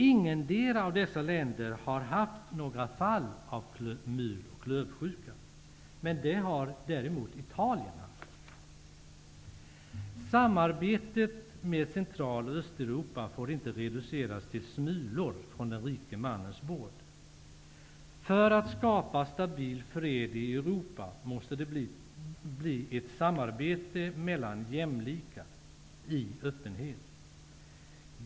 Ingendera av dessa länder har haft några fall av mul och klövsjuka. Men det har däremot Italien haft. Samarbetet med Central och Östeuropa får inte reduceras till smulor från den rike mannens bord. För att skapa stabil fred i Europa måste det bli ett samarbete mellan jämlikar och ett samarbete i öppenhet.